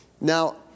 Now